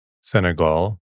Senegal